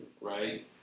Right